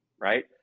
right